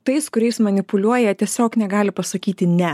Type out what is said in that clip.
tais kuriais manipuliuoja tiesiog negali pasakyti ne